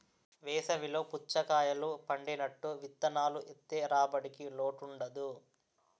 వేసవి లో పుచ్చకాయలు పండినట్టు విత్తనాలు ఏత్తె రాబడికి లోటుండదు